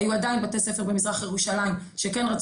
היו עדיין בתי ספר במזרח ירושלים שכן רצו